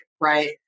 right